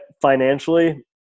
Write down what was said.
financially